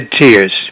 tears